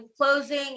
closing